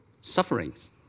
sufferings